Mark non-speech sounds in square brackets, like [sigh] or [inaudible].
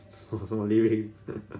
什么 lyrics [laughs]